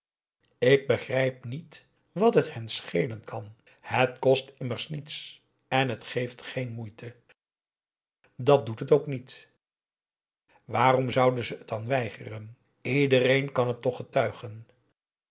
ik begrijp niet wat het hen schelen kan het kost immers niets en het geeft geen moeite dat doet het ook niet waarom zouden ze het dan weigeren iedereen kan het toch getuigen